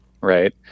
right